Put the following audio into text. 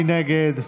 מי נגד?